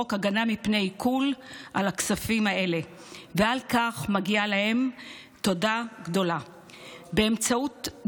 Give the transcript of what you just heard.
להורה עצמאי ולהחילו גם על אוכלוסיות חלשות נוספות.